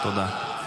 תודה.